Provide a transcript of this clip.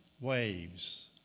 waves